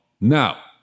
now